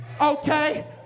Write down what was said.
Okay